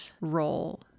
role